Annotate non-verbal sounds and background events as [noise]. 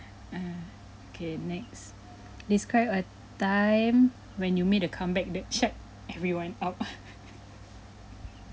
[breath] err okay next describe a time when you made a come back that shut everyone up [laughs]